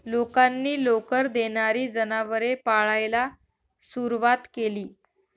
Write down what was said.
लोकांनी लोकर देणारी जनावरे पाळायला सुरवात केली